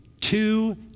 two